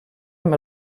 amb